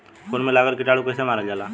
फूल में लगल कीटाणु के कैसे मारल जाला?